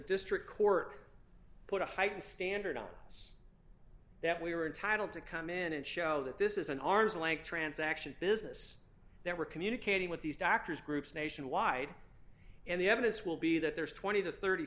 district court put a heightened standard on us that we were entitled to come in and show that this is an arm's length transaction business that we're communicating with these doctors groups nationwide and the evidence will be that there's twenty to thirty